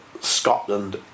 Scotland